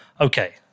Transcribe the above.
Okay